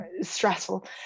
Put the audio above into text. stressful